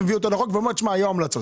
להביא אותו לחוק ולהגיד: "היו המלצות".